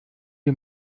sie